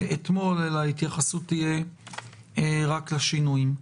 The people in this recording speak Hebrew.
אלא ההתייחסות תהיה רק לשינויים.